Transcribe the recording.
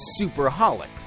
Superholic